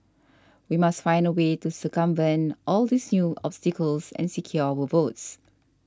we must find a way to circumvent all these new obstacles and secure our votes